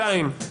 שנית,